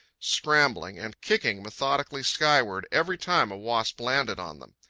scrambling, and kicking methodically skyward every time a wasp landed on them.